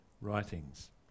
writings